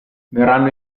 verranno